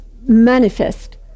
manifest